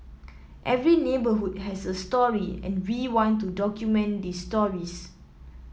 every neighbourhood has a story and we want to document these stories